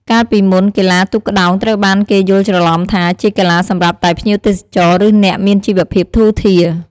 កាលពីមុន កីឡាទូកក្ដោងត្រូវបានគេយល់ច្រឡំថាជាកីឡាសម្រាប់តែភ្ញៀវទេសចរ ឬអ្នកមានជីវភាពធូរធារ។